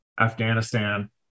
Afghanistan